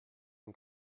den